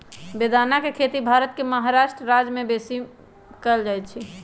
बेदाना के खेती भारत के महाराष्ट्र राज्यमें बेशी कएल जाइ छइ